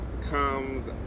comes